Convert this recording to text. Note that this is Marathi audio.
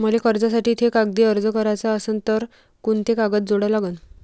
मले कर्जासाठी थे कागदी अर्ज कराचा असन तर कुंते कागद जोडा लागन?